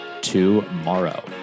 tomorrow